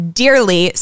dearly